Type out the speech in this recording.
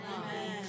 Amen